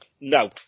No